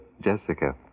Jessica